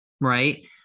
right